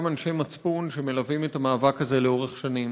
אנשי מצפון שמלווים את המאבק הזה לאורך שנים.